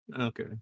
Okay